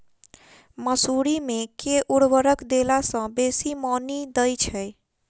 मसूरी मे केँ उर्वरक देला सऽ बेसी मॉनी दइ छै?